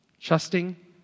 trusting